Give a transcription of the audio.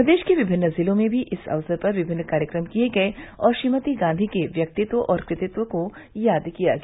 प्रदेश के विभिन्न जिलों में भी इस अवसर पर विभिन्न कार्यक्रम किए गये और श्रीमती गांधी के व्यक्तित्व और कतित्व को याद किया गया